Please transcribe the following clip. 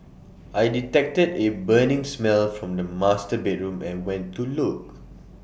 I detected A burning smell from the master bedroom and went to look